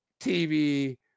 TV